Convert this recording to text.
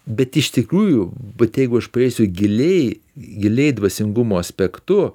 bet iš tikrųjų vat jeigu aš paliesiu giliai giliai dvasingumo aspektu